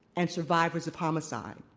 and survivors of homicide.